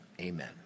amen